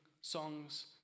songs